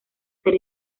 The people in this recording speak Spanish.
ser